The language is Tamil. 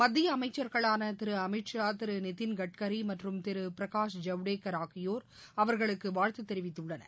மத்திய அமைச்சர்களான திரு அமித்ஷா திரு நிதின் கட்கரி மற்றும் திரு பிரகாஷ் ஜவ்டேகர் ஆகியோர் அவர்களுக்கு வாழ்த்து தெரிவித்துள்ளனர்